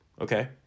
Okay